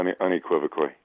unequivocally